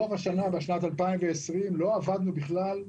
ברוב שנת 2020 לא עבדנו בכלל.